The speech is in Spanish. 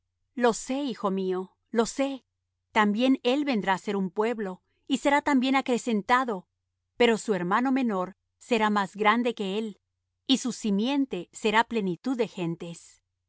lo sé hijo mío lo sé también él vendrá á ser un pueblo y será también acrecentado pero su hermano menor será más grande que él y su simiente será plenitud de gentes